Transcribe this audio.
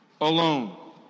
alone